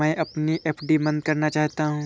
मैं अपनी एफ.डी बंद करना चाहता हूँ